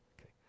Okay